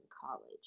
college